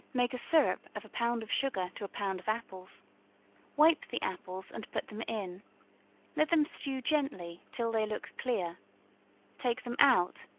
make a syrup of a pound of sugar to a pound of apples wipe the apples and put them in let them stew gently till they look clear take them out,